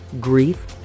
grief